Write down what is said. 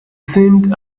seemed